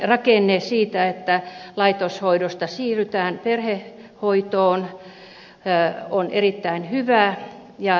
rakenne siitä että laitoshoidosta siirrytään perhehoitoon on erittäin hyvä